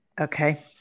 okay